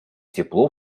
тепло